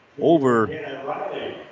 over